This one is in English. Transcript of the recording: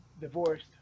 divorced